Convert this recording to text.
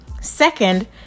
Second